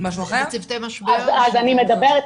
אז אני מדברת,